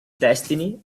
destiny